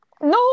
No